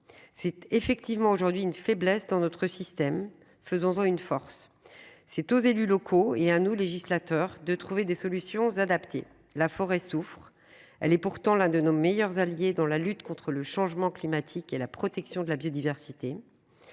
C'est effectivement aujourd'hui une faiblesse dans notre système, faisant une force c'est aux élus locaux et un au législateur de trouver des solutions adaptées. La forêt souffre elle est pourtant l'un de nos meilleurs alliés dans la lutte contre le changement climatique et la protection de la biodiversité.